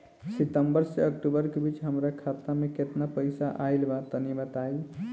सितंबर से अक्टूबर के बीच हमार खाता मे केतना पईसा आइल बा तनि बताईं?